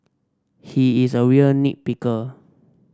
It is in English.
he is a real nit picker